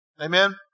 Amen